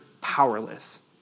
powerless